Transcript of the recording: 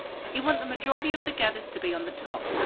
you want the majority of the gathers to be on the top.